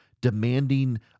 demanding